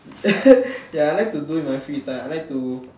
ya I like to do in my free time I like to